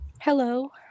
Hello